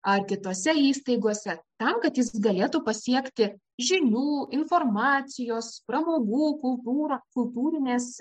ar kitose įstaigose tam kad jis galėtų pasiekti žinių informacijos pramogų kultūrą kultūrinės